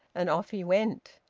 and off he went!